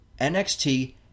NXT